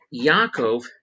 Yaakov